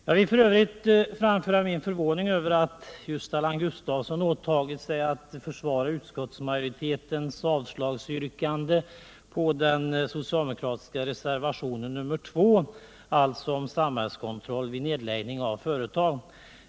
Jag vill f. ö. framföra min förvåning över att just Allan Gustafsson har åtagit sig att försvara utskottsmajoritetens avslagsyrkande på den socialdemokratiska reservationen 2 om samhällskontroll vid nedläggning av företag.